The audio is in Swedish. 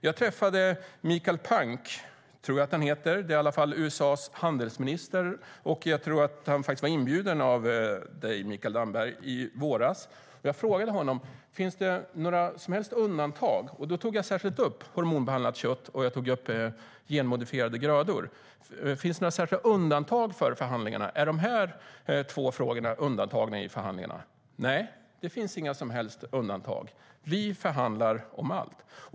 Jag träffade Michael Punke, USA:s vice handelsminister. Jag tror att han var inbjuden av dig, Mikael Damberg, i våras. Jag frågade honom: Finns det några som helst undantag? Då tog jag särskilt upp hormonbehandlat kött och genmodifierade grödor. Finns det några särskilda undantag i förhandlingarna? Är de här två frågorna undantagna i förhandlingarna? Han svarade: Nej, det finns inga som helst undantag. Vi förhandlar om allt.